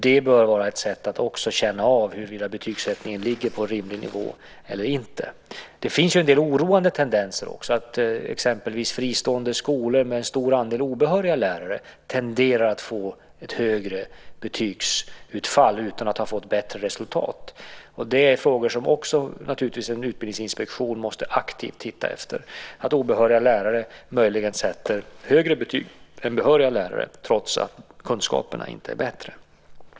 Det bör vara ett sätt att också känna av huruvida betygssättningen ligger på en rimlig nivå eller inte. Det finns ju en del oroande tendenser också, exempelvis att fristående skolor med stor andel obehöriga lärare tenderar att få ett högre betygsutfall utan att ha fått bättre resultat. Detta är naturligtvis också frågor som en utbildningsinspektion aktivt måste titta efter: att obehöriga lärare möjligen sätter högre betyg än behöriga lärare trots att kunskaperna inte är bättre.